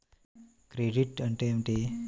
Credit అంటే ఏమిటి?